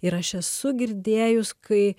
ir aš esu girdėjus kai